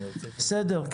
בסדר.